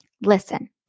Listen